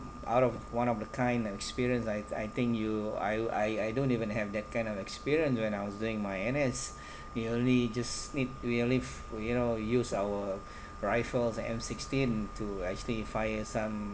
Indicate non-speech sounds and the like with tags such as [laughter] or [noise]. out of one of the kind experience I I think you I I I don't even have that kind of experience when I was doing my N_S merely just need relief you know use our [breath] rifles m sixteen to actually fire some